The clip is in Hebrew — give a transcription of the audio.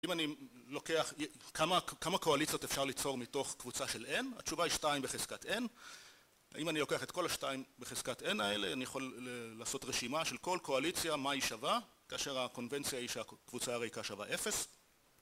אם אני לוקח כמה קואליציות אפשר ליצור מתוך קבוצה של n, התשובה היא 2 בחזקת n אם אני לוקח את כל השתיים בחזקת n האלה אני יכול לעשות רשימה של כל קואליציה מה היא שווה כאשר הקונבנציה היא שהקבוצה הריקה שווה 0